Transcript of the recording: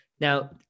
Now